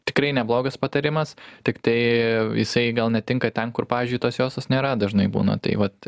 tikrai neblogas patarimas tiktai jisai gal netinka ten kur pavyzdžiui tos juostos nėra dažnai būna tai vat